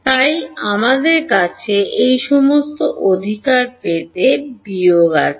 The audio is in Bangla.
তাই আমাদের কাছে এই সমস্ত অধিকার পেতে বিয়োগ আছে